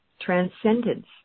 Transcendence